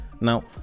now